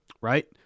Right